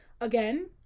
again